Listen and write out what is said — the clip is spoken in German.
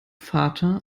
vater